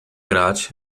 grać